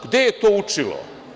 Gde je to učilo?